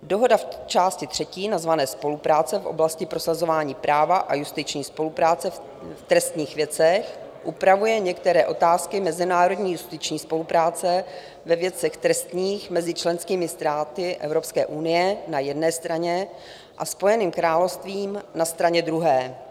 Dohoda v části třetí nazvané Spolupráce v oblasti prosazování práva a justiční spolupráce v trestních věcech upravuje některé otázky mezinárodní justiční spolupráce ve věcech trestních mezi členskými státy Evropské unie na jedné straně a Spojeným královstvím na straně druhé.